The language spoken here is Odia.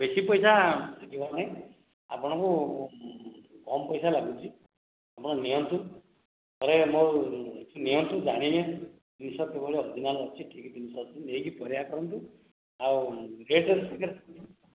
ବେଶି ପଇସା ନୁହେଁ ଆପଣଙ୍କୁ କମ୍ ପଇସା ଲାଗୁଛି ଆପଣ ନିଅନ୍ତୁ ଥରେ ମୋ ଠୁ ନିଅନ୍ତୁ ଜାଣିବେ ଜିନିଷ କିଭଳି ଅର୍ଜିନାଲ ଅଛି ନେଇକି ପରୀକ୍ଷା କରନ୍ତୁ ଆଉ ରେଟ୍